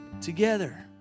together